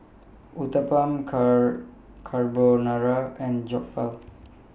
Uthapam Carbonara and Jokbal